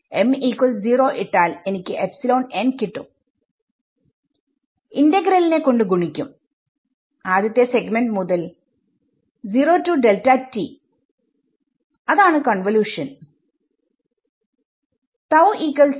m0 ഇട്ടാൽ എനിക്ക് കിട്ടും ഇന്റഗ്രൽ നെ കൊണ്ട് ഗുണിക്കും ആദ്യത്തെ സെഗ്മെന്റ് മുതൽ0 to